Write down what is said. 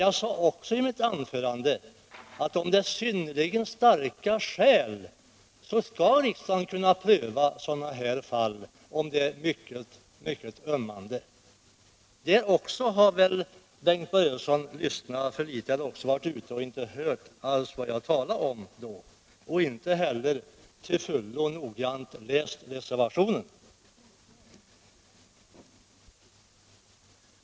Jag sade också i mitt anförande att då det finns synnerligen starka skäl skall riksdagen kunna pröva sådana här fall, om de är mycket ömmande. Också på den punkten har väl Bengt Börjesson lyssnat för dåligt — eller också har han varit ute och inte alls hört vad jag talade om. Inte heller tycks han till fullo ha läst reservationen.